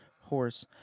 horse